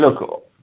Look